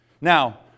Now